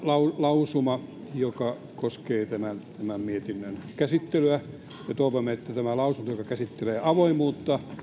lausuma joka koskee tämän tämän mietinnön käsittelyä ja toivomme että tämä lausuma joka käsittelee avoimuutta